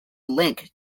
link